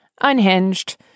unhinged